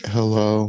Hello